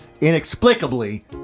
inexplicably